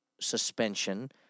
suspension